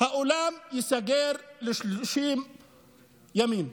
האולם ייסגר ל-30 ימים.